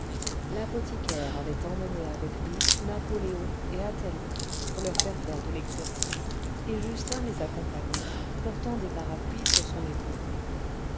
l'apothicaire avait emmené avec lui napoléon et athalie pour leur faire faire de l'exercice et justin les accompagnait portant des parapluies sur son épaule